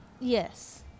Yes